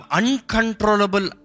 uncontrollable